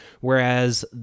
Whereas